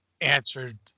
answered